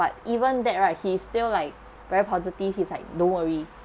but even that right he's still like very positive he's like no worry